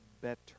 better